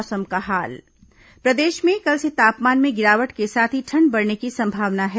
मौसम प्रदेश में कल से तापमान में गिरावट के साथ ही ठंड बढ़ने की संभावना है